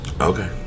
Okay